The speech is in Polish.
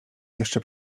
jeszcze